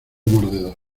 mordedor